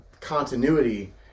continuity